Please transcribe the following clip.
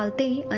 ah the ah